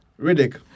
Riddick